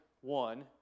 one